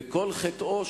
וכל חטאו,